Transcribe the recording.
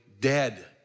dead